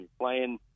playing